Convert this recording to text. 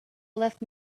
left